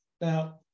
now